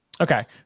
Okay